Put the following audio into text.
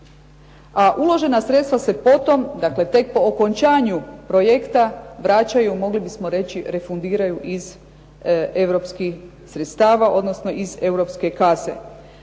a uložena sredstva se potom, dakle tek po okončanju projekta vraćaju mogli bismo reći refundiraju iz europskih sredstava, odnosno iz europske kase.